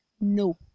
no